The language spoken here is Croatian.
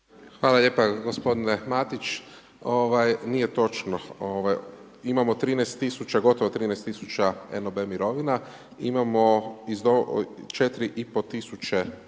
Hvala lijepo gospodine Matić. Nije točno imamo 13000 gotovo 13000 NOB mirovina, imamo 4,5 tisuće